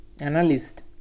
Analyst